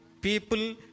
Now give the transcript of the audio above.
people